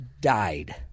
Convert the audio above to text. died